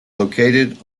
located